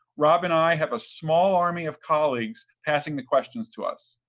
rob and i have a small army of colleagues passing the questions to us.